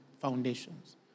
foundations